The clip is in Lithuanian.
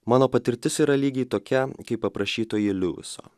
mano patirtis yra lygiai tokia kaip aprašytoji liujiso